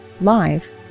live